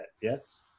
yes